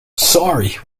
sorry